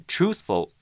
Truthful